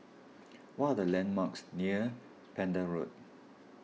what are the landmarks near Pender Road